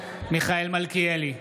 מיכאל מלכיאלי,